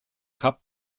kap